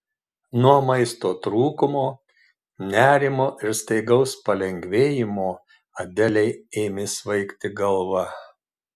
nuo maisto trūkumo nerimo ir staigaus palengvėjimo adelei ėmė svaigti galva